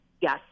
Yes